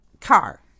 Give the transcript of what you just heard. Car